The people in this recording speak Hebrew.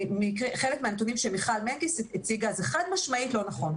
חלק מהנתונים שמיכל מנקס הציגה זה חד-משמעית לא נכון.